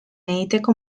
egiteko